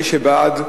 מי שבעד,